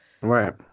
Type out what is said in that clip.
right